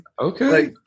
okay